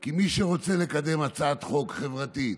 כי מי שרוצה לקדם הצעת חוק חברתית,